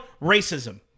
Racism